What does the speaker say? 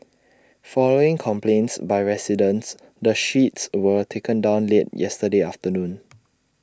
following complaints by residents the sheets were taken down late yesterday afternoon